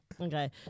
Okay